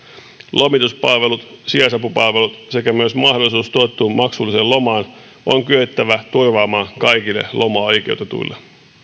lomituspalvelut sijaisapupalvelut sekä myös mahdollisuus tuettuun maksulliseen lomaan on kyettävä turvaamaan kaikille lomaoikeutetuille